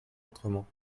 autrement